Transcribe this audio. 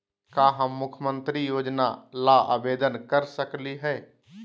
का हम मुख्यमंत्री योजना ला आवेदन कर सकली हई?